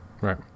Right